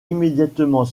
immédiatement